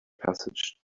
passage